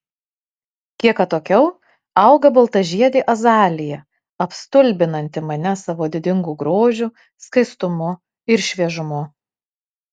kiek atokiau auga baltažiedė azalija apstulbinanti mane savo didingu grožiu skaistumu ir šviežumu